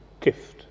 gift